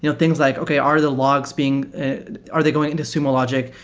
you know things like, okay. are the logs being are they going into sumo logic?